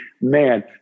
man